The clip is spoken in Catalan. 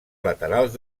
laterals